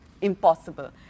impossible